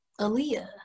Aaliyah